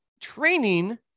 Training